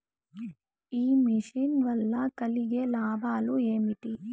ఈ మిషన్ వల్ల కలిగే లాభాలు ఏమిటి?